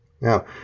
Now